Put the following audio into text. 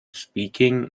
speaking